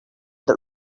that